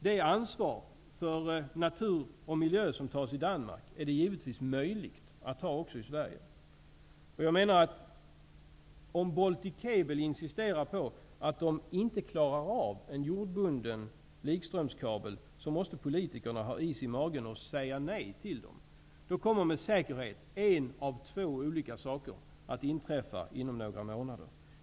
Det ansvar för natur och miljö som tas i Danmark är givetvis möjligt att ta även i Sverige. Om Baltic Cable AB insisterar på att man inte klarar av en jordbunden likströmskabel, måste politikerna ha is i magen och säga nej. Då kommer med säkerhet en av två olika saker att inträffa inom några månader.